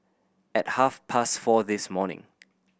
at half past four this morning